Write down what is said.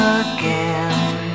again